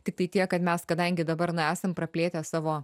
tiktai tiek kad mes kadangi dabar na esam praplėtę savo